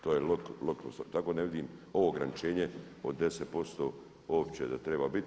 To je … tako ne vidim ovo ograničenje od 10% uopće da treba biti.